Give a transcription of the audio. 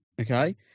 okay